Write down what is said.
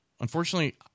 unfortunately